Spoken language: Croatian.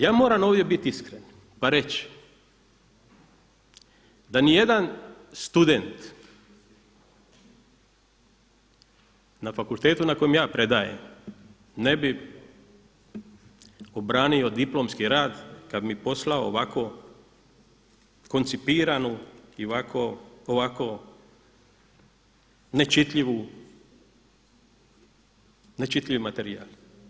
Ja moram ovdje bit iskren pa reći da ni jedan student na fakultetu na kojem ja predajem ne bi obranio diplomski rad kad mi poslao ovako koncipiranu i ovako nečitljivi materijal.